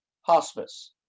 Hospice